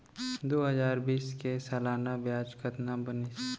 दू हजार बीस के सालाना ब्याज कतना बनिस?